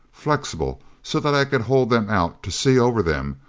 flexible so that i could hold them out to see over them,